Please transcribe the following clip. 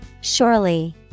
Surely